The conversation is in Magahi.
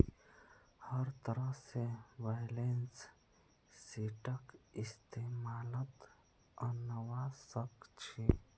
हर तरह से बैलेंस शीटक इस्तेमालत अनवा सक छी